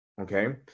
Okay